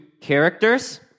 characters